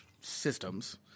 systems